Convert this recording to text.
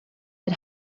had